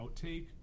outtake